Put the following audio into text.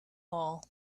all